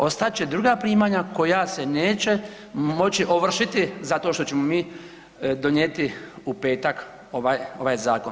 Ostat će druga primanja koja se neće moći ovršiti zato što ćemo mi donijeti u petak ovaj zakon.